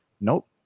Nope